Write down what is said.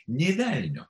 nė velnio